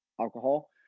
alcohol